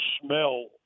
smell